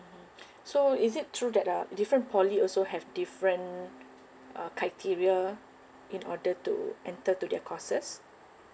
so is it true that uh different poly also have different uh criteria in order to enter to their courses